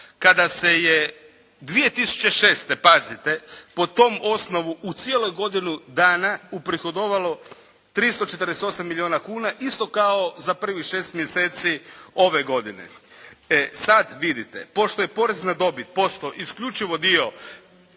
kada se je 2006. pazite po tom osnovu u cijeloj godinu dana uprihodovalo 348 milijuna kuna isto kao za prvih 6 mjeseci ove godine. E sad vidite pošto je porez na dobit posto isključivo dio